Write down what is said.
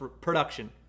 production